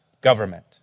government